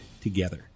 together